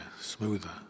smoother